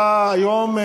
אתה היום,